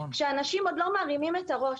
כשאנשים עוד לא מרימים את הראש.